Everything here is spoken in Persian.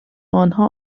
آنها